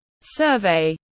survey